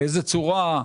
באיזו צורה,